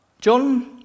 John